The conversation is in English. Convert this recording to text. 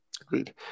Agreed